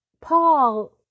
Paul